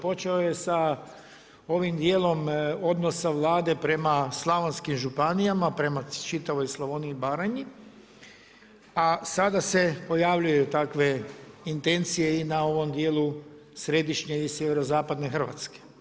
Počeo je sa ovim dijelom odnosa Vlade prema slavonskim županijama, prema čitavoj Slavoniji i Baranji, a sada se pojavljuju takve intencije i na ovom dijelu središnje i sjeverozapadne Hrvatske.